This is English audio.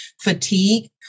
fatigue